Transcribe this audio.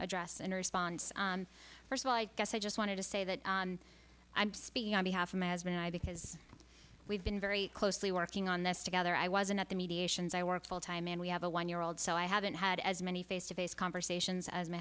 address and response first of all i guess i just wanted to say that i'm speaking on behalf of because we've been very closely working on this together i wasn't at the mediations i work full time and we have a one year old so i haven't had as many face to face conversations as my